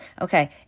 okay